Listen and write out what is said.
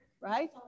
right